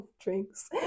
drinks